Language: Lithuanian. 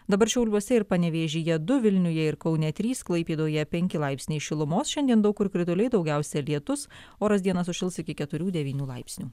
dabar šiauliuose ir panevėžyje du vilniuje ir kaune trys klaipėdoje penki laipsniai šilumos šiandien daug kur krituliai daugiausia lietus oras dieną sušils iki keturių devynių laipsnių